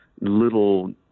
little –